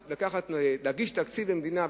להגיש תקציב למדינה,